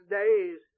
days